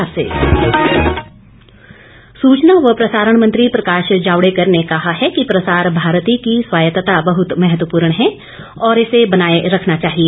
प्रकाश जावड़ेकर सूचना व प्रसारण मंत्री प्रकाश जावड़ेकर ने कहा है कि प्रसार भारती की स्वायत्तता बहत महत्वपूर्ण है और इसे बनाये रखना चाहिए